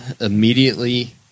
immediately